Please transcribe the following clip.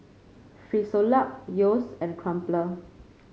Frisolac Yeo's and Crumpler